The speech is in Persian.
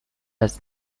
وجه